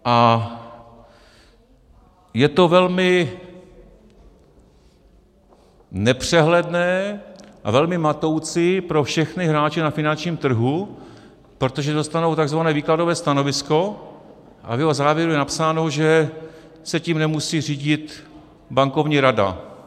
A je to velmi nepřehledné a velmi matoucí pro všechny hráče na finančním trhu, protože dostanou takzvané výkladové stanovisko a v jeho závěru je napsáno, že se tím nemusí řídit Bankovní rada.